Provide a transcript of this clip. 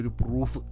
proof